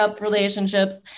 relationships